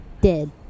Dead